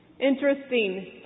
Interesting